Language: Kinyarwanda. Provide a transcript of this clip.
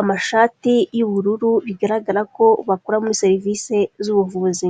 amashati y'ubururu bigaragara ko bakora muri serivisi z'ubuvuzi.